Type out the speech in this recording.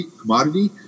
commodity